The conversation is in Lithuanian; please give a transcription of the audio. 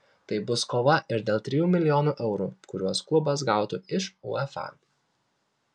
tai bus kova ir dėl trijų milijonų eurų kuriuos klubas gautų iš uefa